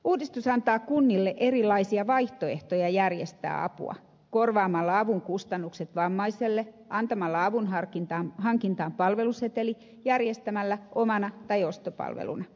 uudistus antaa kunnille erilaisia vaihtoehtoja järjestää apua korvaamalla avun kustannukset vammaiselle antamalla avunhankintaan palveluseteli tai järjestämällä apua omana tai ostopalveluna